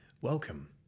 welcome